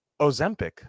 Ozempic